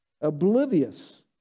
Oblivious